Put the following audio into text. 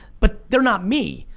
but they're not me.